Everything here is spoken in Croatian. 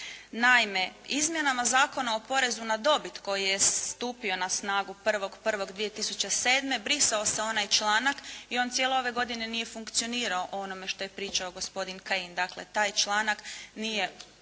Naime, izmjenama Zakona o porezu na dobit koji je stupio na snagu 1.1.2007. brisao se onaj članak i on cijele ove godine nije funkcionirao o onome što je pričao gospodin Kajin. Dakle, taj članak nije